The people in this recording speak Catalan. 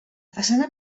façana